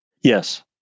Yes